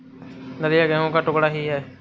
दलिया गेहूं का टुकड़ा ही है